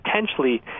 potentially